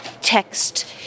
text